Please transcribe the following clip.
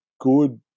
good